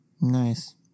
Nice